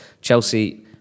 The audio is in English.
Chelsea